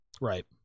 right